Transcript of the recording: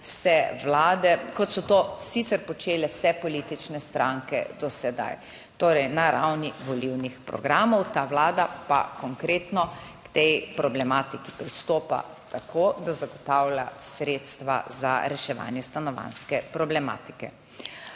vse vlade, kot so to sicer počele vse politične stranke do sedaj, torej na ravni volilnih programov, ta Vlada pa konkretno k tej problematiki pristopa tako, da zagotavlja sredstva za reševanje **47.